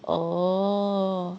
oh